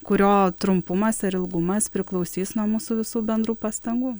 kurio trumpumas ar ilgumas priklausys nuo mūsų visų bendrų pastangų